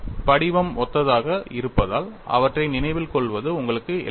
படிவம் ஒத்ததாக இருப்பதால் அவற்றை நினைவில் கொள்வது உங்களுக்கு எளிதானது